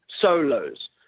solos